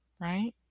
Right